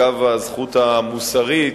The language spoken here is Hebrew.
אגב הזכות המוסרית,